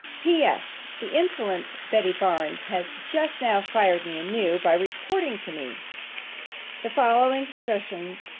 p s. the insolent betty barnes has just now fired me anew, by reporting to me the following expressions